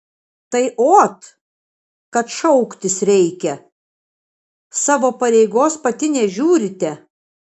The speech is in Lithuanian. tai ot kad šauktis reikia savo pareigos pati nežiūrite